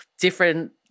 different